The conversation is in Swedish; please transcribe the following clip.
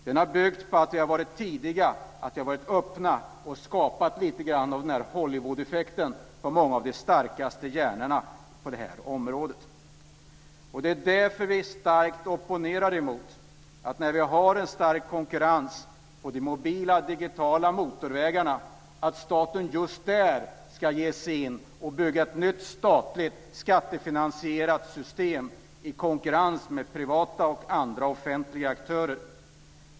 Den har byggt på att vi har varit tidiga, att vi har varit öppna och att vi har skapat lite grann av denna Hollywoodeffekt för många av de starkaste hjärnorna på området. Det är därför som vi starkt opponerar emot detta - när vi nu har en stark konkurrens på de mobila, digitala motorvägarna ska staten just där ge sig in och bygga ett nytt statligt skattefinansierat system i konkurrens med privata och andra offentliga aktörer.